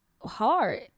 hard